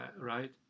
right